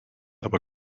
aber